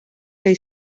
que